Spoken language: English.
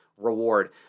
reward